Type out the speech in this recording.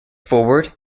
forward